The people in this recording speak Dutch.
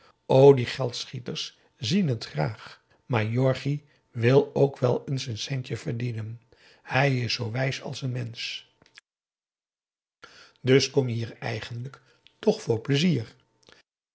de geldschieters zien het graag maar jorgie wil ook wel eens n centje verdienen hij is zoo wijs als n mensch dus kom je hier eigenlijk tch voor pleizier